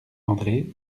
andré